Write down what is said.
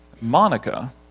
Monica